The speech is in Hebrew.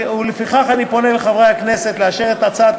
ולפיכך אני פונה אל חברי הכנסת בבקשה לאשר את הצעת